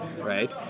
right